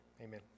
Amen